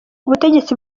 ubutegetsi